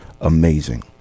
amazing